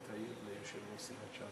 אדוני היושב-ראש,